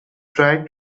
tried